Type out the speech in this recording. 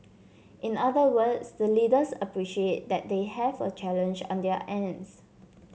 in other words the leaders appreciate that they have a challenge on their ends